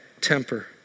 temper